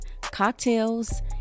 cocktails